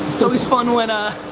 it's always fun when ah